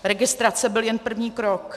Registrace byl jen první krok.